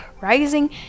rising